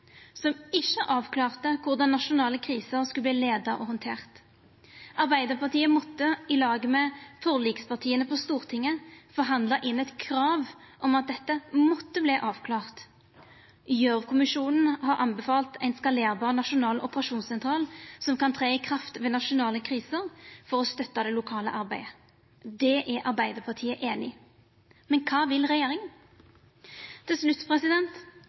som ikkje avklarte korleis nasjonale kriser skulle verta leia og handtert. Arbeidarpartiet måtte saman med forlikspartia på Stortinget forhandla inn eit krav om at dette måtte verta avklart. Gjørv-kommisjonen har anbefalt ein skalerbar nasjonal operasjonssentral som kan tre i kraft ved nasjonale kriser for å støtta det lokale arbeidet. Det er Arbeidarpartiet einig i. Men kva vil regjeringa? Til slutt: